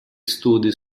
studi